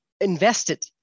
invested